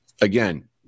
again